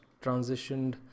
transitioned